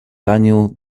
daniel